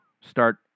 start